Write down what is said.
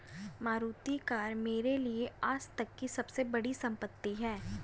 Maruti car मेरे लिए आजतक की सबसे बड़ी संपत्ति है